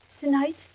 tonight